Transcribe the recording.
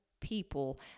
people